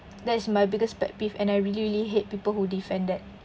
that's my biggest pet peeve and I really really hate people who defend that